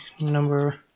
number